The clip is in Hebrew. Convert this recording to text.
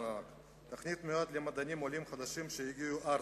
התוכנית מיועדת למדענים עולים חדשים שהגיעו ארצה,